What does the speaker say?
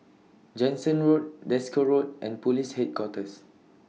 Jansen Road Desker Road and Police Headquarters